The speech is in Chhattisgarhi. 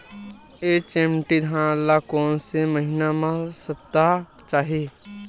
एच.एम.टी धान ल कोन से महिना म सप्ता चाही?